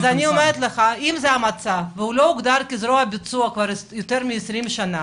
אם זה המצב והוא לא הוגדר כזרוע ביצוע כבר יותר מ-20 שנה,